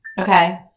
Okay